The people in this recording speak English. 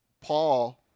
Paul